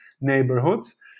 neighborhoods